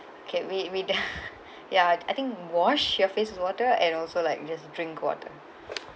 okay with with the ya I I think wash your face with water and also like just drink water